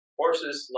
horses